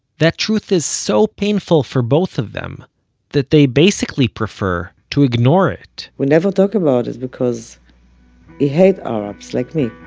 that truth is so painful for both of them that they basically prefer to ignore it we never talk about it because he hate arabs, like me.